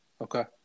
Okay